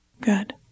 Good